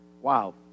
Wow